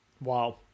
Wow